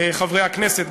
חברי הכנסת,